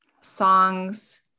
songs